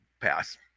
Pass